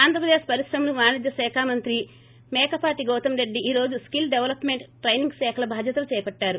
ఆంధ్రపదేక్ పరిశ్రమలు వాణిజ్యశాఖ మంత్రి మేకపాటి గౌతమ్రెడ్డి ఈ రోజు స్కిల్ డెవలప్మెంట్ టైనింగ్శాఖల బాధ్యతలు చేపట్టారు